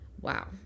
Wow